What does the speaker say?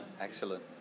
Excellent